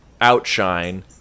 outshine